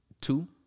Two